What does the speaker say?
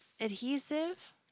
adhesive